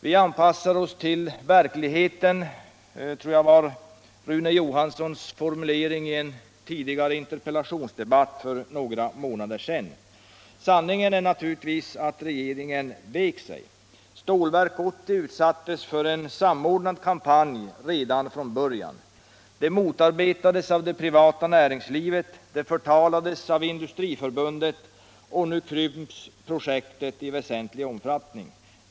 Vi anpassar oss till verkligheten, var visst Rune Johanssons formulering vid en interpellationsdebatt för några månader sedan. Sanningen är naturligtvis att regeringen vek undan. Stålverk 80 utsattes för en samordnad kampanj redan från början. Det motarbetades av det privata näringslivet, det förtalades av Industriförbundet, och nu krymps projektet i väsentlig omfattning.